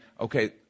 Okay